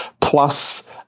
plus